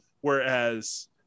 whereas